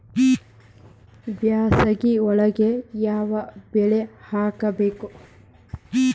ಬ್ಯಾಸಗಿ ಒಳಗ ಯಾವ ಬೆಳಿ ಹಾಕಬೇಕು?